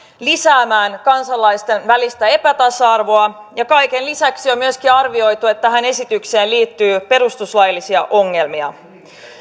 lisäämään kansalaisten välistä epätasa arvoa ja kaiken lisäksi on myöskin arvioitu että tähän esitykseen liittyy perustuslaillisia ongelmia